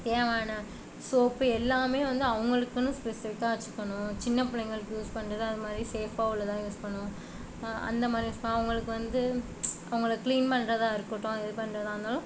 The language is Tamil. தேவையான சோப்பு எல்லாமே வந்து அவர்களுக்குன்னு ஸ்பெசிஃபிக்காக வச்சுக்கணும் சின்ன பிள்ளைங்களுக்கு யூஸ் பண்ணுறது அதுமாதிரி சேஃப்பாக உள்ளதா யூஸ் பண்ணணும் அந்தமாதிரி யூஸ் பண்ணணும் அவங்களுக்கு வந்து அவங்கள கிளீன் பண்றதாக இருக்கட்டும் எது பண்றதாக இருந்தாலும்